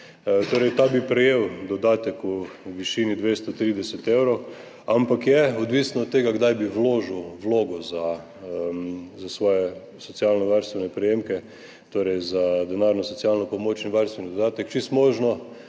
ta bi prejel dodatek v višini 230 evrov, ampak je odvisno od tega, kdaj bi vložil vlogo za svoje socialnovarstvene prejemke, torej za denarno socialno pomoč in varstveni dodatek. Čisto možno,